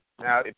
Now